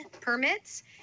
permits